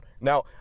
Now